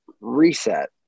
reset